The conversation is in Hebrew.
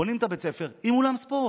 בונים את בית הספר עם אולם ספורט.